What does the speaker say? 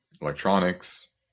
electronics